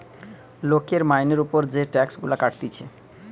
লোকের মাইনের উপর যে টাক্স গুলা কাটতিছে